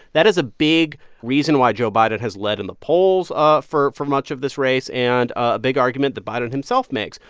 that is a big reason why joe biden has led in the polls ah for for much of this race and a big argument that biden himself makes.